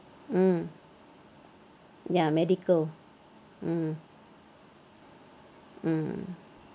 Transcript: mm ya medical mm mm